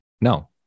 No